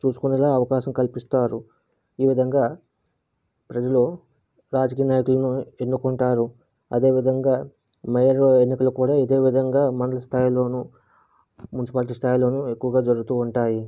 చూసుకునేల అవకాశం కల్పిస్తారు ఈ విదంగా ప్రజలు రాజకీయనాయకులను ఎన్నుకుంటారు అదే విధంగా మేయరు ఎన్నికలు కూడా ఇదే విధంగా మండల స్థాయిలోనూ మున్సీపాలిటీ స్థాయిలో ఎక్కువ జరుగుతుంటాయి